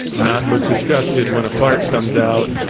not look disgusted when a fart comes out,